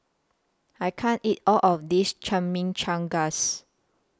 I can't eat All of This Chimichangas